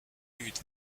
nüüd